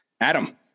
Adam